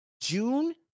June